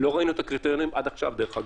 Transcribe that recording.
דרך אגב,